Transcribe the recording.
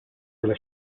della